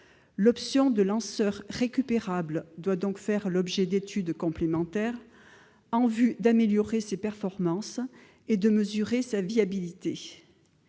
L'option de lanceurs récupérables doit faire l'objet d'études complémentaires en vue d'améliorer ses performances et de mesurer sa viabilité.